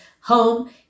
home